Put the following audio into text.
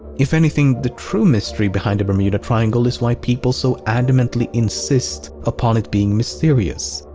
if anything, the true mystery behind the bermuda triangle is why people so adamantly insist upon it being mysterious.